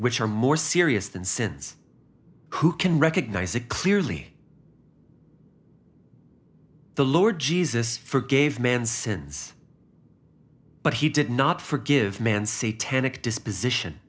which are more serious than sins who can recognize it clearly the lord jesus forgave man's sins but he did not forgive man say tenach disposition